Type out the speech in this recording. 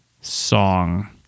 song